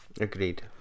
Agreed